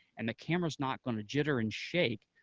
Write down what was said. and the camera's not going to jitter and shake,